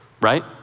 right